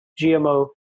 GMO